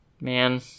man